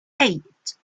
eight